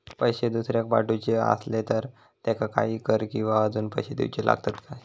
पैशे दुसऱ्याक पाठवूचे आसले तर त्याका काही कर किवा अजून पैशे देऊचे लागतत काय?